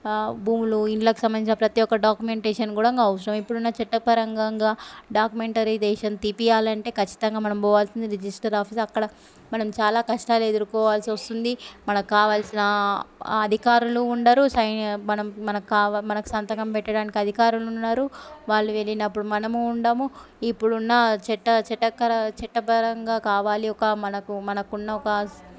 భూములు ఇండ్లకు సంబంధించిన ప్రతి ఒక్క డాక్యుమెంటేషన్ కూడా అవసరం ఇప్పుడు ఉన్న చట్ట పరంగా డాక్యుమెంటరీ దేశం తీపియాలి అంటే ఖచ్చితంగా మనం పోవాల్సింది రిజిస్టర్ ఆఫీస్ అక్కడ మనం చాలా కష్టాలు ఎదుర్కోవాల్సి వస్తుంది మనకు కావాల్సినా అధికారులు ఉండరు సైన్ మనం మనకు మనకు సంతకం పెట్టడానికి అధికారులు ఉండరు వాళ్ళు వెళ్ళినప్పుడు మనము ఉండము ఇప్పుడు ఉన్న చట్ట చట్టకర చట్టపరంగా కావాలి ఒక మనకు మనకు ఉన్న ఒక